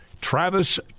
Travis